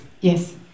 Yes